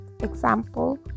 example